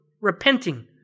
repenting